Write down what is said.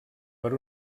per